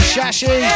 Shashi